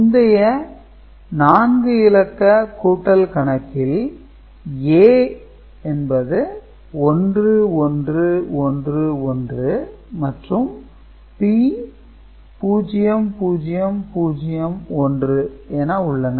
முந்தைய 4 இலக்க கூட்டல் கணக்கில் A 1111 மற்றும் B 0001 என உள்ளன